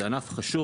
זה ענף חשוב.